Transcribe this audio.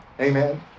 Amen